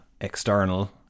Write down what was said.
external